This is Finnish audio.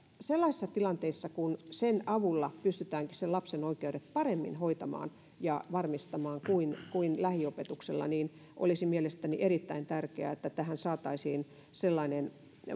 sellaisissa tilanteissa kun sen avulla pystytäänkin lapsen oikeudet hoitamaan ja varmistamaan paremmin kuin lähiopetuksella niin olisi mielestäni erittäin tärkeää että lakiin saataisiin sellainen